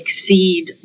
exceed